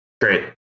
Great